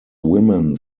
women